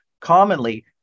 commonly